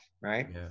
right